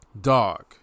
dog